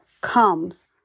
comes